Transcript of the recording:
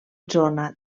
zona